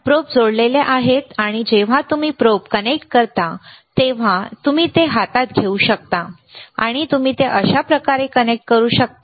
probe जोडलेले आहेत आणि जेव्हा तुम्ही प्रोब कनेक्ट करता तेव्हा तुम्ही ते हातात घेऊ शकता आणि तुम्ही ते अशा प्रकारे कनेक्ट करू शकता